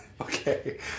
Okay